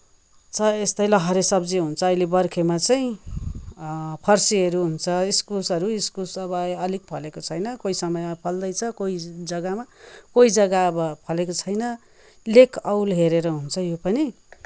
छ यस्तै लहरे सब्जी हुन्छ अहिले बर्खेमा चाहिँ फर्सीहरू हुन्छ इस्कुसहरू इस्कुस अब अलिक फलेको छैन कोही समयमा फल्दैछ कोही जग्गामा कोही जग्गा अब फलेको छैन लेक औल हेरेर हुन्छ यो पनि